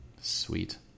Sweet